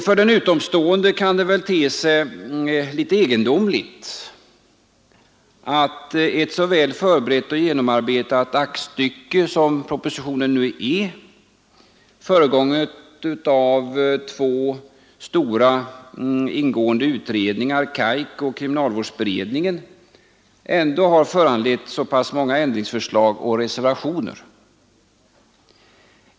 För en utomstående kan det väl te sig litet egendomligt att ett så väl förberett och väl genomarbetat aktstycke som propositionen är, föregånget av två stora ingående utredningar — KAIK och kriminalvårdsberedningen — ändå har föranlett så många ändringsförslag och reservationer.